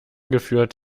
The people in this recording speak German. geführt